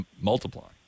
multiplying